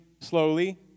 slowly